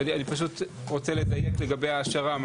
אני רוצה לדייק את עניין השר"מ.